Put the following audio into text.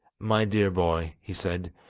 my dear boy he said,